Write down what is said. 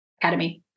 academy